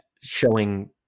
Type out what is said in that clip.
Showing